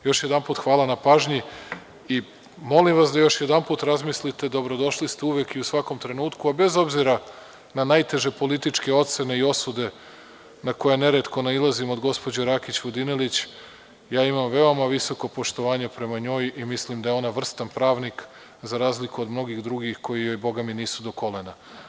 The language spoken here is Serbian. Još jedanput hvala na pažnji i molim vas da još jedanput razmislite, dobrodošli ste uvek i u svakom trenutku, a bez obzira i na najteže političke ocene i osude na koje neretko nailazimo od gospođe Rakić Vodinelić, ja imam veoma visoko poštovanje prema njoj i mislim da je ona vrstan pravnik za razliku od mnogih drugih koji joj nisu do kolena.